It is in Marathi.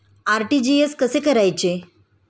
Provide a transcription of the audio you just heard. आर.टी.जी.एस कसे करायचे?